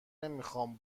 نمیخام